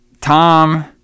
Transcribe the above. Tom